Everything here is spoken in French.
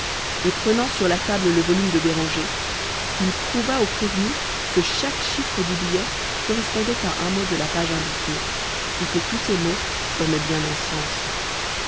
et prenant sur la table le volume de béranger il prouva au prévenu que chaque chiffre du billet correspondait à un mot de la page indiquée et que tous ces mots formaient bien un sens